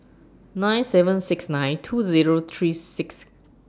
nine seven six nine two Zero three six